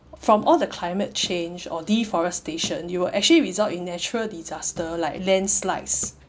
from all the climate change or deforestation you will actually result in natural disaster like landslides